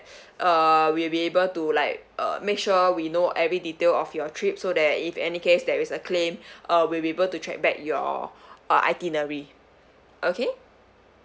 uh we'll be able to like uh make sure we know every detail of your trip so that if any case there is a claim uh we'll be able to track back your itinerary okay